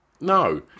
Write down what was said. no